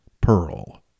Pearl